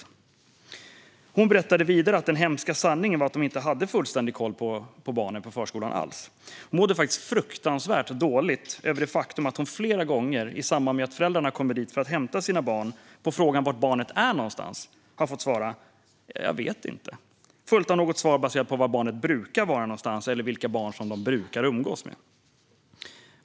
Pedagogen berättade vidare att den hemska sanningen var att de inte hade fullständig koll på barnen på förskolan. Hon mådde fruktansvärt dåligt över det faktum att hon flera gånger i samband med att föräldrarna hade kommit för att hämta sina barn och frågat var någonstans barnet var hade fått svara att hon inte visste, följt av något svar baserat på var någonstans barnet brukar vara eller vilka barn som barnet brukar umgås med.